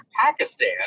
Pakistan